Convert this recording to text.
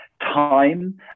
time